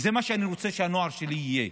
וזה מה שאני רוצה שהנוער שלי יהיה.